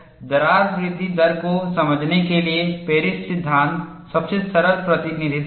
दरार वृद्धि दर को समझने के लिए पेरिस सिद्धांत सबसे सरल प्रतिनिधित्व है